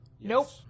Nope